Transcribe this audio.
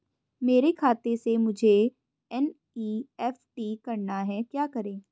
मेरे खाते से मुझे एन.ई.एफ.टी करना है क्या करें?